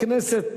בכנסת,